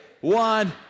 one